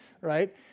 right